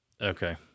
Okay